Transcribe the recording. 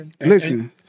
Listen